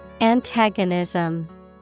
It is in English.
Antagonism